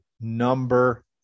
number